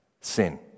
sin